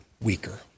weaker